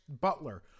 Butler